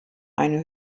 eine